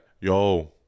yo